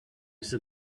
said